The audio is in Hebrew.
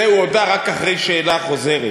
בזה הוא הודה רק אחרי שאלה חוזרת,